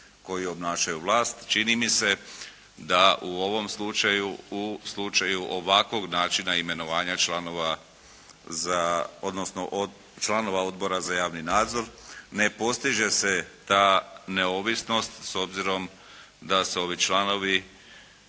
koji obnašaju vlast. Čini mi se da u ovom slučaju, u slučaju ovakvog načina imenovanja članova za, odnosno članova Odbora za javni nadzor ne postiže se ta neovisnost s obzirom da se ovi članovi